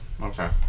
Okay